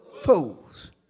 fools